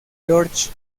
georges